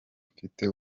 mfite